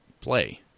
play